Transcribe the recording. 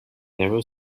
narrow